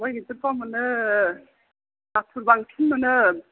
खबाय गेदेरफा मोनो नाथुर बांसिन मोनो